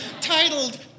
titled